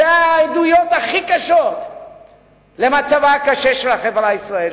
אלה העדויות הכי קשות למצבה הקשה של החברה הישראלית.